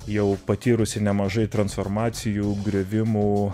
jau patyrusi nemažai transformacijų griovimų